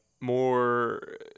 more